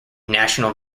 national